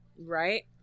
right